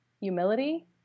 humility